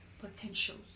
potentials